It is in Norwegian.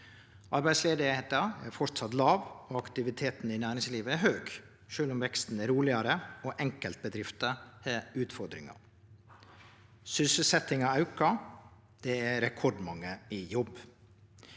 Arbeidsløysa er framleis låg, og aktiviteten i næringslivet er høg, sjølv om veksten er rolegare, og enkeltbedrifter har utfordringar. Sysselsetjinga aukar. Det er rekordmange i jobb.